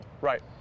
right